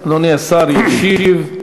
אדוני השר ישיב.